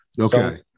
Okay